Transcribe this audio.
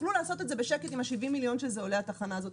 תוכלו לעשות בשקט עם סכום של 70 מיליון שעולה התחנה הזאת.